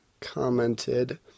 commented